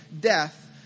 death